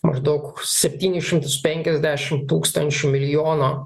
maždaug septynis šimtus penkiasdešimt tūkstančių milijono